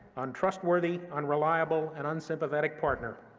untrustworthy, unreliable, and unsympathetic partner,